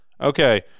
Okay